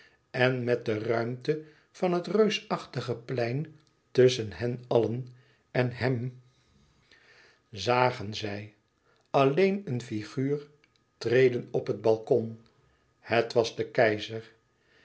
en met de ruimte van het reusachtige plein tusschen hen allen en hem zagen zij alleen een figuur treden op het balkon het was de keizer